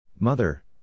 Mother